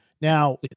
Now